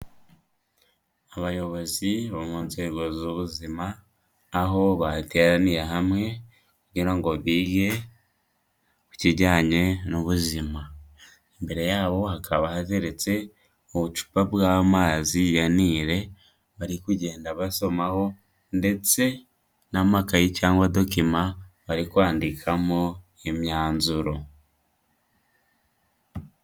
Abayobozi bo mu nzego z'ubuzima aho bateraniye hamwe kugira ngo bige ku kijyanye n'ubuzima, imbere yabo hakaba hateretse ubucupa bw'amazi ya Nile, bari kugenda basomaho ndetse n'amakayi cyangwa document bari kwandikamo imyanzuro.